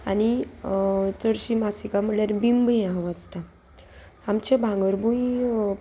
आनी चडशी मासिका म्हणल्यार बिंबू हांव वाचतां आमच्या भांगरभूंय